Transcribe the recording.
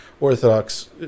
Orthodox